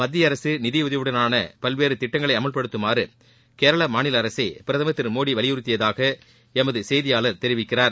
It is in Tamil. மத்திய அரசு நிதியுதவியுடனான பல்வேறு திட்டங்களை அமவ்படுத்துமாறு கேரள மாநில அரசை பிரதமர் திரு மோடி வலியுறுத்தியதாக எமது செய்தியாளர் தெரிவிக்கிறார்